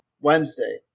wednesday